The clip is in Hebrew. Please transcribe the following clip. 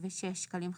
4,006.86 שקלים חדשים".